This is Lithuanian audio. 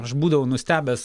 aš būdavau nustebęs